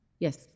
Yes